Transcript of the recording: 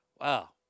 Wow